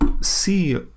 see